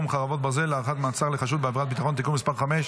(חרבות ברזל) (הארכת מעצר לחשוד בעבירת ביטחון) (תיקון מס' 5),